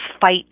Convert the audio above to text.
fight